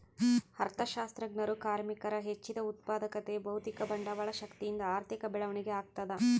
ಅರ್ಥಶಾಸ್ತ್ರಜ್ಞರು ಕಾರ್ಮಿಕರ ಹೆಚ್ಚಿದ ಉತ್ಪಾದಕತೆ ಭೌತಿಕ ಬಂಡವಾಳ ಶಕ್ತಿಯಿಂದ ಆರ್ಥಿಕ ಬೆಳವಣಿಗೆ ಆಗ್ತದ